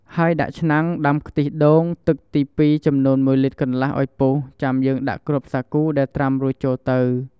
ហើយដាក់ឆ្នាំងដាំខ្ទិះដូងទឹកទីពីរចំនូន១លីត្រកន្លះឱ្យពុះ ចាំយើងដាក់គ្រាប់សាគូដែលត្រាំរួចចូលទៅ។